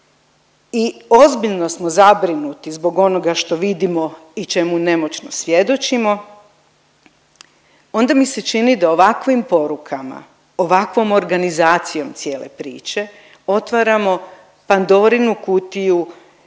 i ozbiljno smo zabrinuti zbog onoga što vidimo i čemu nemoćno svjedočimo onda mi se čini da ovakvim porukama, ovakvom organizacijom cijele priče otvaramo Pandorinu kutiju